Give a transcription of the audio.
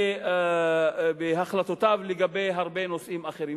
על החלטותיו לגבי הרבה נושאים אחרים.